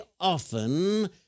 often